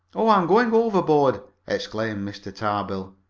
oh, i'm going overboard! exclaimed mr. tarbill.